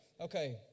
Okay